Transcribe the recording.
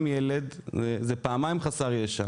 זה פעמיים חסר ישע,